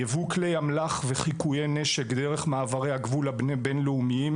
ייבוא כלי אמל״ח וחיקויי נשק דרך מעברי הגבול הבינלאומיים: